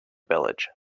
village